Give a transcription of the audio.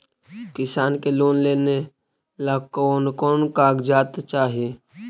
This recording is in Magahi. किसान के लोन लेने ला कोन कोन कागजात चाही?